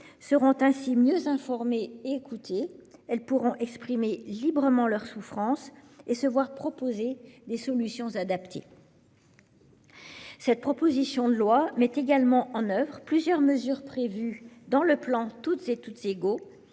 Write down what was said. -seront ainsi mieux informées et écoutées ; elles pourront exprimer librement leur souffrance et se voir proposer des solutions adaptées. Cette proposition de loi met également en oeuvre plusieurs mesures prévues dans le plan Toutes et tous égaux,